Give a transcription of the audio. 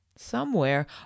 Somewhere